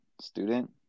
student